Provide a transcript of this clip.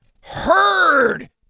heard